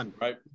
right